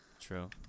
True